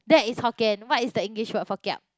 that is Hokkien what is the English word for kiap